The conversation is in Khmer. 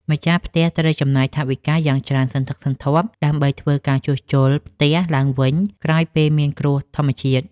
ម្ចាស់ផ្ទះត្រូវចំណាយថវិកាយ៉ាងច្រើនសន្ធឹកសន្ធាប់ដើម្បីធ្វើការជួសជុលផ្ទះឡើងវិញក្រោយពេលមានគ្រោះធម្មជាតិ។